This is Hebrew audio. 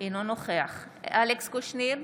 אינו נוכח אלכס קושניר,